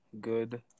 good